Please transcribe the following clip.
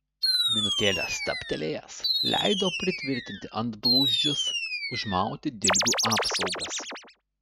minutėlę stabtelėjęs leido pritvirtinti antblauzdžius užmauti dilbių apsaugas